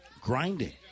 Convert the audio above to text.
grinding